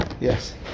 Yes